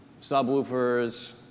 Subwoofers